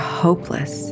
hopeless